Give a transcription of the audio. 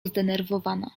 zdenerwowana